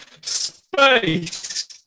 Space